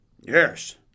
Yes